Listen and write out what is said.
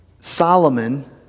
Solomon